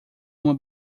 uma